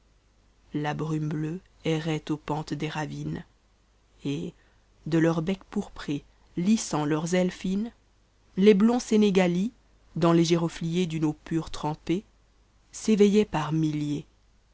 la brume mené er rait aux pentes des rav nes et de cura becs pourprés lissant leurs ailes cnc les blonds sénëgatta dans les gérotmers d'mne eau pure trempes a'eve matent par milliers